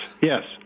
yes